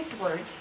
words